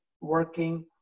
working